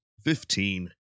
fifteen